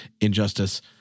injustice